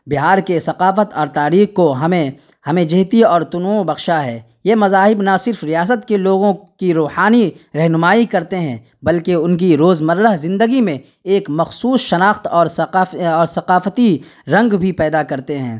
بہار کے ثقافت اور تاریخ کو ہمیں ہمہ جہتی اور تنوع بخشا ہے یہ مذاہب نا صرف ریاست کے لوگوں کی روحانی رہنمائی کرتے ہیں بلکہ ان کی روزمرہ زندگی میں ایک مخصوص شناخت اور ثقافتی رنگ بھی پیدا کرتے ہیں